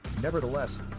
Nevertheless